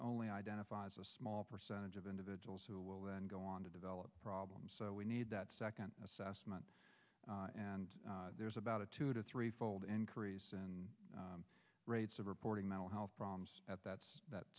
only identifies a small percentage of individuals who will then go on to develop problems so we need that second assessment and there's about a two to three fold increase in rates of reporting mental health problems at that's that